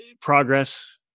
progress